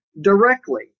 directly